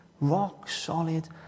rock-solid